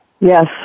Yes